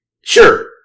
Sure